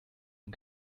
man